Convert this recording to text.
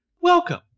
welcome